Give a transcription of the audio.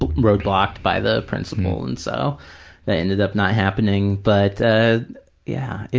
um roadblocked by the principal, and so that ended up not happening. but ah yeah yeah,